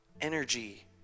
energy